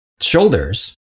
shoulders